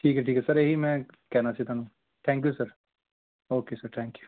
ਠੀਕ ਹੈ ਠੀਕ ਹੈ ਸਰ ਇਹੀ ਮੈਂ ਕਹਿਣਾ ਸੀ ਤੁਹਾਨੂੰ thank you sir okay sir thank you